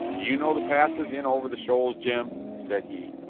do you know the passes in over the shoals, jem? said he.